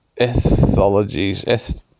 ethologies